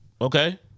Okay